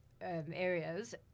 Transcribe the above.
areas